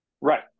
Right